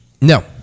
No